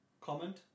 comment